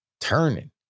turning